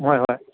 ꯍꯣꯏ ꯍꯣꯏ